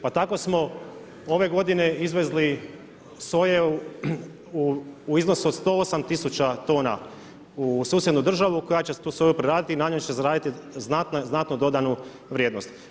Pa tako smo ove godine izvezli soje u iznosu od 108000 tona u susjednu državu, koja će tu soju preradit i na njoj će zaraditi znatnu dodanu vrijednost.